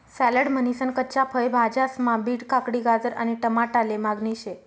salad म्हनीसन कच्च्या फय भाज्यास्मा बीट, काकडी, गाजर आणि टमाटाले मागणी शे